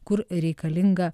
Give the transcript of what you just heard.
kur reikalinga